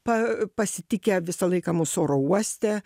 pa pasitikę visą laiką mus oro uoste